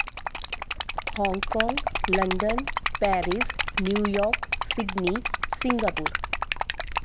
Hong Kong London Paris New York Sydney Singapore